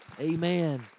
Amen